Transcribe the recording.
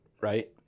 Right